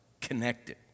connected